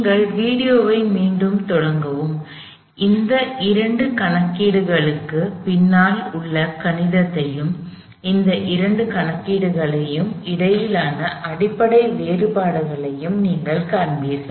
நீங்கள் வீடியோவை மீண்டும் தொடங்கவும் இந்த இரண்டு கணக்கீடுகளுக்குப் பின்னால் உள்ள கணிதத்தையும் இந்த இரண்டு கணக்கீடுகளுக்கும் இடையிலான அடிப்படை வேறுபாடுகளையும் நீங்கள் காண்பீர்கள்